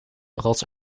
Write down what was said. rots